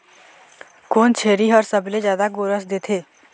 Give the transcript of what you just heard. कोन छेरी हर सबले जादा गोरस देथे?